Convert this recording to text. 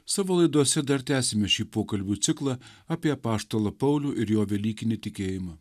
savo laidose dar tęsime šį pokalbių ciklą apie apaštalą paulių ir jo velykinį tikėjimą